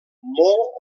molt